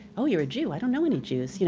oh you're a jew, i don't know any jews.